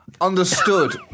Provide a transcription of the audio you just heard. understood